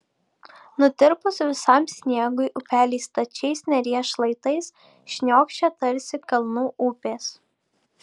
nutirpus visam sniegui upeliai stačiais neries šlaitais šniokščia tarsi kalnų upės